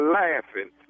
laughing